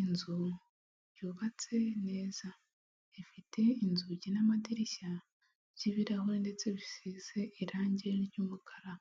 Inzu yubatse neza ifite inzugi n'amadirishya by'ibirahure ndetse bisize irangi ry'umukara,